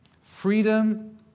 Freedom